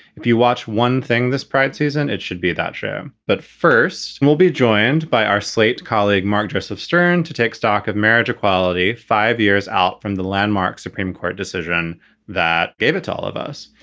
if you watch one thing, this practice, and it should be that show. but first, we'll be joined by our slate colleague, mark dris of stern to take stock of marriage equality five years out from the landmark supreme court decision that gave it to all of us.